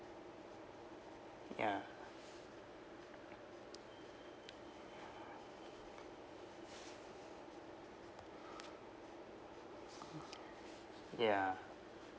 ya ya